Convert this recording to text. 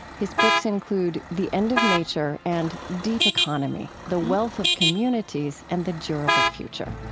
his books include the end of nature and deep economy the wealth of communities and the durable future